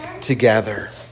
together